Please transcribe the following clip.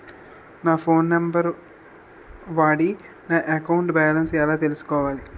నా phone number వాడి నా అకౌంట్ బాలన్స్ ఎలా తెలుసుకోవాలి?